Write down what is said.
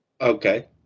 Okay